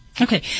Okay